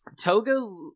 toga